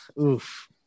oof